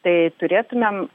tai turėtumėm